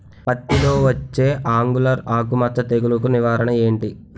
పత్తి లో వచ్చే ఆంగులర్ ఆకు మచ్చ తెగులు కు నివారణ ఎంటి?